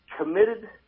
committed